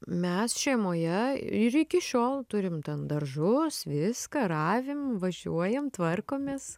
mes šeimoje ir iki šiol turim ten daržus viską ravim važiuojam tvarkomės